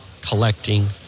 collecting